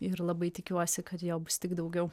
ir labai tikiuosi kad jo bus tik daugiau